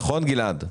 נכון גלעד?